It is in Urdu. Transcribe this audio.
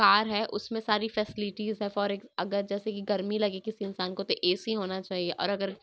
کار ہے اس میں ساری فیسلٹیز ہیں فار اگ اگر جیسے کہ گرمی لگے کسی انسان کو تو اے سی ہونا چاہیے اور اگر